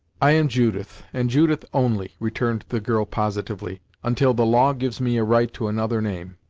i am judith, and judith only, returned the girl positively until the law gives me a right to another name.